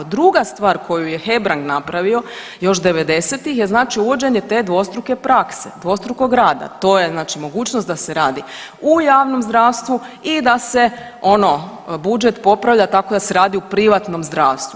Druga stvar koju je Hebrang napravio još 90-ih, je znači uvođenje te dvostruke prakse, dvostrukog rada, to je znači mogućnost da se radi u javnom zdravstvu i da se ono budžet popravlja tako da se radi u privatnom zdravstvu.